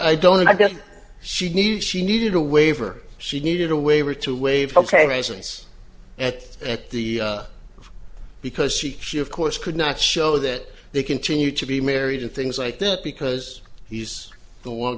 i don't i guess she needs she needed a waiver she needed a waiver to waive ok since that at the because she she of course could not show that they continue to be married and things like that because he's the one